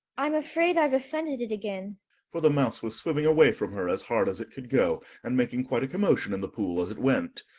i'm afraid i've offended it again for the mouse was swimming away from her as hard as it could go, and making quite a commotion in the pool as it went.